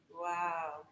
Wow